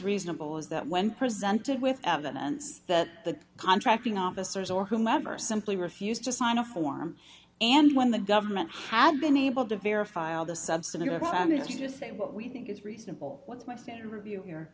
reasonable is that when presented with evidence that the contracting officers or whomever simply refused to sign a form and when the government had been able to verify all the substantive i'm going to say what we think is reasonable what's my standard review here